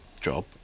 job